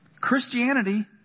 Christianity